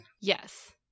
Yes